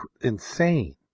insane